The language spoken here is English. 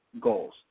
goals